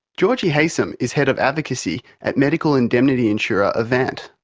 georgie haysom is head of advocacy at medical indemnity insurer avant.